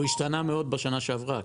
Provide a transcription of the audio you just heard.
הוא השתנה מאוד בשנה שעברה,